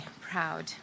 proud